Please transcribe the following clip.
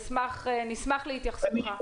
נשמח להתייחסותך.